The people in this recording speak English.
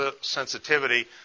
sensitivity